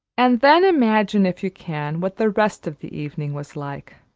and then imagine, if you can, what the rest of the evening was like.